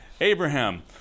Abraham